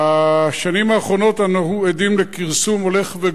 בשנים האחרונות אנו עדים לכרסום הולך וגובר